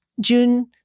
June